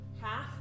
half